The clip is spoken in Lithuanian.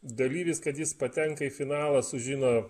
dalyvis kad jis patenka į finalą sužino